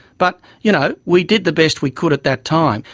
but you know we did the best we could at that time.